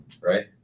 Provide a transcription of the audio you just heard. right